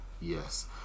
Yes